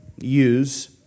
use